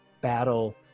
battle